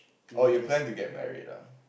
oh you plan to get married ah